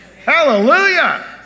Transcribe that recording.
Hallelujah